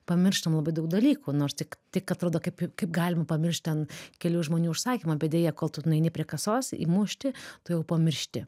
pamirštam labai daug dalykų nors tik tik atrodo kaip kaip galima pamiršt ten kelių žmonių užsakymą bet deja kol tu nueini prie kasos įmušti tu jau pamiršti